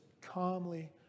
calmly